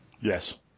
Yes